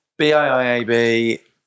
BIIAB